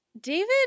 David